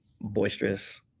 boisterous